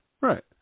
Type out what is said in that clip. Right